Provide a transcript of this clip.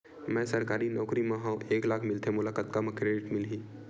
मैं सरकारी नौकरी मा हाव एक लाख मिलथे मोला कतका के क्रेडिट मिलही?